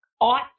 ought